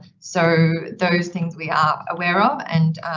so those things we are aware of and